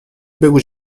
بگو